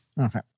Okay